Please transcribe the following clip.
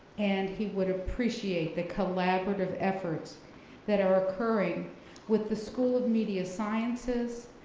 and he would appreciate the collaborative efforts that are occurring with the school of media sciences,